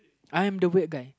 I am the weird guy